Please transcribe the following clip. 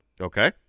Okay